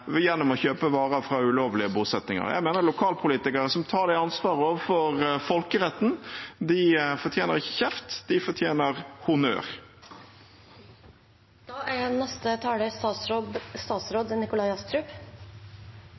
å kjøpe varer fra ulovlige bosettinger. Jeg mener lokalpolitikere som tar det ansvaret overfor folkeretten, ikke fortjener kjeft. De fortjener honnør. Regjeringens mål er